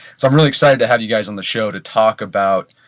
so i'm really excited to have you guys on the show to talk about